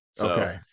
Okay